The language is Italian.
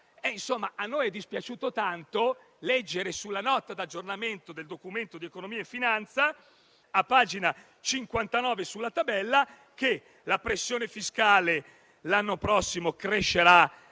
a noi è dispiaciuto tanto leggere nella Nota di aggiornamento del Documento di economia e finanza, nella tabella a pagina 59, che la pressione fiscale l'anno prossimo crescerà